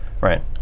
right